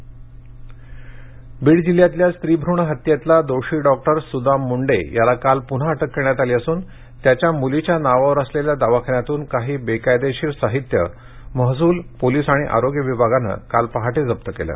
बीड बीड जिल्ह्यातला स्त्रीभ्रूण हत्येतला दोषी डॉक्टर सुदाम मुंडे याला काल पुन्हा अटक करण्यात आली असून त्याच्या मूलीच्या नावावर असलेल्या दवाखान्यातून काही बेकायदेशीर साहित्य महसूल पोलीस आणि आरोग्य विभागानं काल पहाटे जप्त केलं